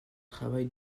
travail